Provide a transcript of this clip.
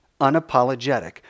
unapologetic